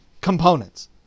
components